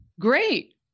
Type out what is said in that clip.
great